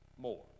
more